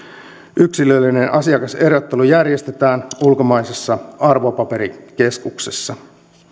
yksilöllinen asiakaserottelu järjestetään ulkomaisessa arvopaperikeskuksessa